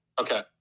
Okay